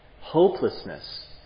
Hopelessness